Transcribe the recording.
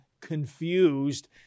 confused